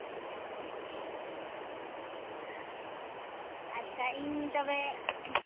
ᱟᱪᱪᱷᱟ ᱤᱧ ᱛᱚᱵᱮ